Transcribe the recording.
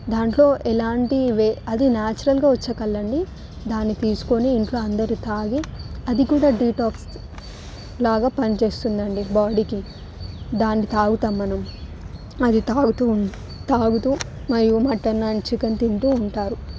దాంట్లో ఎలాంటి అది నాచురల్గా వచ్చే కల్లు అండి దాన్ని తీసుకొని ఇంట్లో అందరు తాగి అది కూడా డిటాక్స్లాగా పని చేస్తుంది అండి బాడీకి దాన్ని తాగుతాం మనం దాన్ని తాగుతు ఉం తాగుతు మరియు మటన్ అండ్ చికెన్ తింటు ఉంటారు